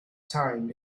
time